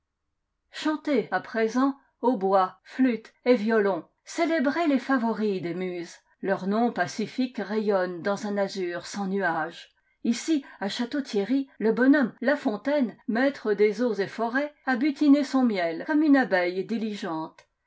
chantez à présent hautbois flûtes et violons célébrez les favoris des muses leurs noms pacifiques rayonnent dans un azur sans nuages ici à château-thierry le bonhomme la fontaine maître des eaux et forêts a butiné son miel comme une abeille diligente